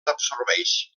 absorbeix